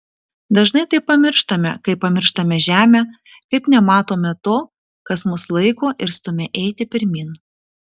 dažnai tai pamirštame kaip pamirštame žemę kaip nematome to kas mus laiko ir stumia eiti pirmyn